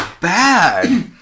bad